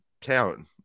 town